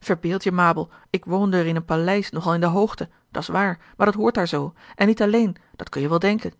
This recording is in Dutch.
verbeeld je mabel ik woonde er in een paleis nogal in de hoogte dat is waar maar dat hoort daar zoo en niet alleen dat kun je wel denken